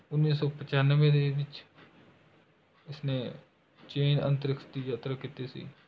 ਉੱਨੀ ਸੌ ਪਚਾਨਵੇਂ ਦੇ ਵਿੱਚ ਇਸਨੇ ਚੇਨ ਅੰਤਰਿਕਸ਼ ਦੀ ਯਾਤਰਾ ਕੀਤੀ ਸੀ